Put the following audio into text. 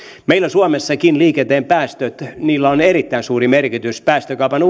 meillä suomessakin liikenteen päästöillä on erittäin suuri merkitys päästökaupan